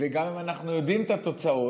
וגם אם אנחנו יודעים את התוצאות,